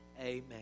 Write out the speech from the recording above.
amen